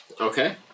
Okay